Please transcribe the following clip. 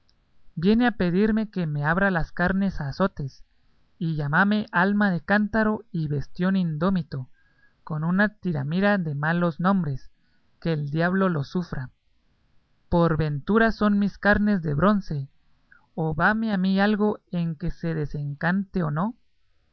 viene a pedirme que me abra las carnes a azotes y llámame alma de cántaro y bestión indómito con una tiramira de malos nombres que el diablo los sufra por ventura son mis carnes de bronce o vame a mí algo en que se desencante o no